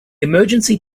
emergency